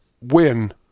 win